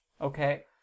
Okay